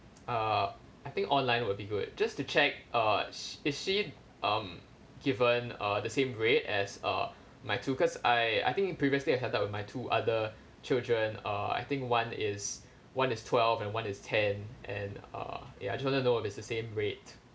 uh I think online will be good just to check uh is she um given uh the same rate as uh my two cause I I think previously I set up with my two other children uh I think one is one is twelve and one is ten and uh ya I just want to know if it's the same rate